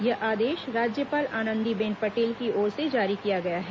यह आदेश राज्यपाल आनंदीबेन पटेल की ओर से जारी किया गया है